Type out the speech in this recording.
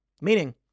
meaning